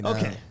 Okay